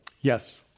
Yes